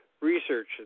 research